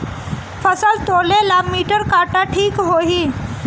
फसल तौले ला मिटर काटा ठिक होही?